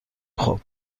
خوب